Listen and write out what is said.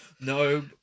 No